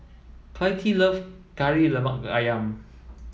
Clytie love Kari Lemak Ayam